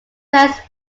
dress